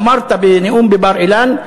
אמרת בנאום בבר-אילן,